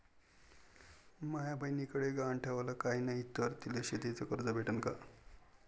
माया बयनीकडे गहान ठेवाला काय नाही तर तिले शेतीच कर्ज भेटन का?